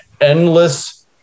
endless